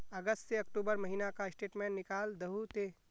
अगस्त से अक्टूबर महीना का स्टेटमेंट निकाल दहु ते?